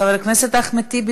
חבר הכנסת אחמד טיבי,